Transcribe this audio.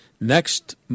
next